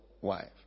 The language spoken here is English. wife